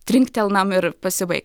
trinktelnam ir pasibaigs